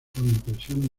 impresión